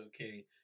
okay